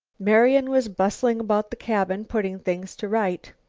marian was bustling about the cabin, putting things to rights.